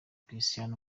christian